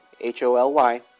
H-O-L-Y